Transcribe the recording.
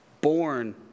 born